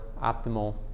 optimal